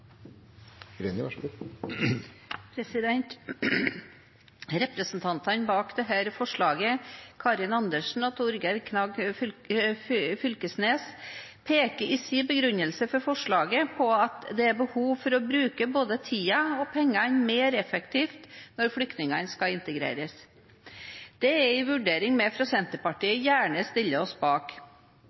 Representantene bak dette forslaget, Karin Andersen og Torgeir Knag Fylkesnes, peker i sin begrunnelse for forslaget på at det er behov for å bruke både tiden og pengene mer effektivt når flyktninger skal integreres. Det er en vurdering vi fra Senterpartiet gjerne stiller oss bak.